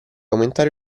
aumentare